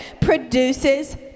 produces